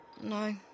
No